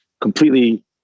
completely